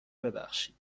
ببخشید